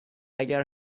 اگر